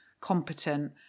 competent